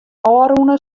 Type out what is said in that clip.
ôfrûne